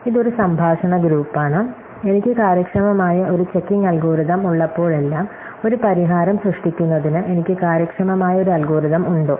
ഇത് ഒരു സംഭാഷണ ഗ്രൂപ്പാണ് എനിക്ക് കാര്യക്ഷമമായ ഒരു ചെക്കിംഗ് അൽഗോരിതം ഉള്ളപ്പോഴെല്ലാം ഒരു പരിഹാരം സൃഷ്ടിക്കുന്നതിന് എനിക്ക് കാര്യക്ഷമമായ ഒരു അൽഗോരിതം ഉണ്ടോ